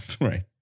right